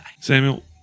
Samuel